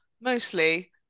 mostly